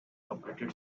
operated